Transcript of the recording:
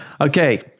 Okay